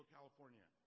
California